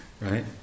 Right